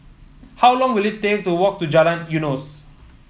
how long will it take to walk to Jalan Eunos